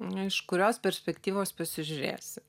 nu iš kurios perspektyvos pasižiūrėsi